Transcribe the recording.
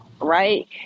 Right